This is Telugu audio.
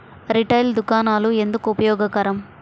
రిటైల్ దుకాణాలు ఎందుకు ఉపయోగకరం?